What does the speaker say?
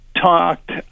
talked